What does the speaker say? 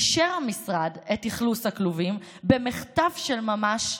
אישר המשרד את אכלוס הכלובים במחטף של ממש,